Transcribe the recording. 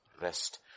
rest